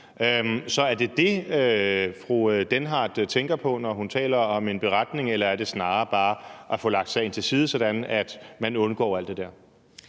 Lorentzen Dehnhardt tænker på, når hun taler om en beretning, eller er det snarere bare at få lagt sagen til side, sådan at man undgår alt det der?